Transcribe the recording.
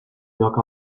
lloc